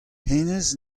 hennezh